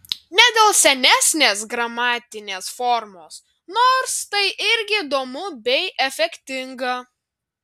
ne dėl senesnės gramatinės formos nors tai irgi įdomu bei efektinga